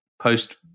post